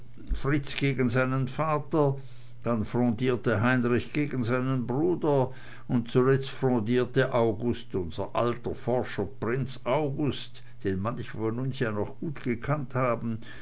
fritz gegen seinen vater dann frondierte heinrich gegen seinen bruder und zuletzt frondierte august unser alter forscher prinz august den manche von uns ja noch gut gekannt haben